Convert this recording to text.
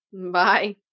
Bye